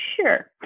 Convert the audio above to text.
Sure